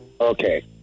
Okay